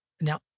now